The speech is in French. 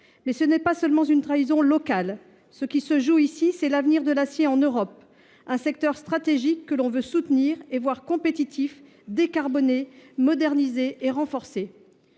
Mais ce n'est pas seulement une trahison locale. Ce qui se joue ici, c'est l'avenir de l'acier en Europe, un secteur stratégique que l'on veut soutenir et voir compétitif, décarboné, modernisé et renforcé.